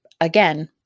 again